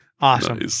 awesome